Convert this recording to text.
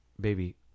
baby